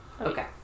Okay